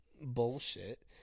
bullshit